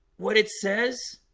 what it says?